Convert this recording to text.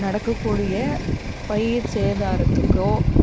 நடக்கக்கூடிய பயிர் சேதாரத்துக்கோ